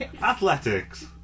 Athletics